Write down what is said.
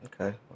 Okay